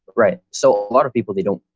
right? so a lot of people they don't,